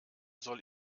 soll